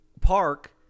park